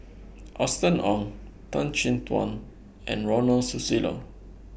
Austen Ong Tan Chin Tuan and Ronald Susilo